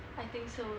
I think so